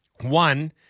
one